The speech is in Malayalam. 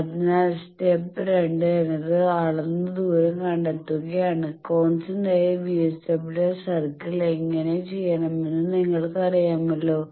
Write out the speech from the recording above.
അതിനാൽ സ്റ്റെപ്പ് രണ്ട് എന്നത് അളന്ന് ദൂരം കണ്ടെത്തുകയാണ് കോൺസ്റ്റന്റായ VSWR സർക്കിൾ എങ്ങനെ ചെയ്യണമെന്ന് നിങ്ങൾക്കറിയാമല്ലോ